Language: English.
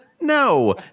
No